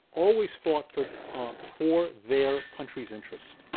always fought for ah for their country's interest,